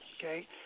Okay